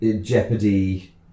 jeopardy